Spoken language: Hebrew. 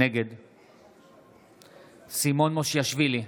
נגד סימון מושיאשוילי,